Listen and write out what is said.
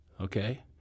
okay